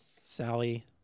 Sally